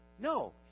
No